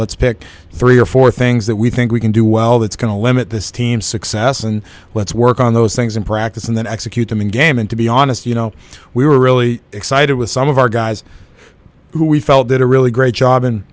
let's pick three or four things that we think we can do well that's going to limit this team's success and let's work on those things in practice and then execute them in game and to be honest you know we were really excited with some of our guys who we felt did a really great job